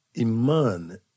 Iman